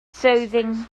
soothing